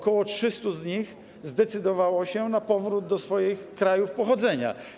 Ok. 300 z nich zdecydowało się na powrót do swoich krajów pochodzenia.